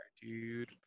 dude